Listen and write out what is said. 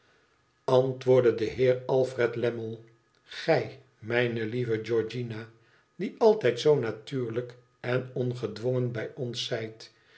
antwoordde de heer alfred limmle gi mijne lieve georgiana die altijd zoo natuurlijk en ongedwongen bij ons zijt